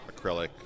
acrylic